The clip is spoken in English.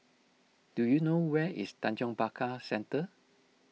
do you know where is Tanjong Pagar Centre